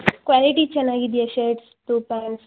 quality ಚೆನ್ನಾಗಿದ್ಯಾ ಶೆರ್ಟ್ಸ್ದು ಪ್ಯಾಂಟ್ಸ್ದು